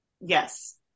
Yes